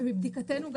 מבדיקתנו,